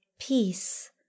Peace